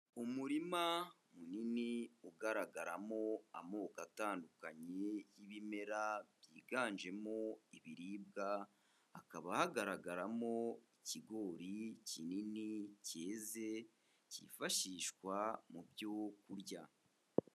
Umurima munini ugaragaramo amoko atandukanye y'ibimera byiganjemo ibiribwa, hakaba hagaragaramo ikigori kinini cyeze cyifashishwa mu byo kurya.